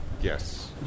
Yes